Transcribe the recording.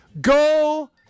Go